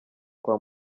kwa